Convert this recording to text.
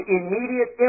immediate